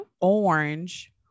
Orange